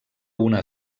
una